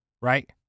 Right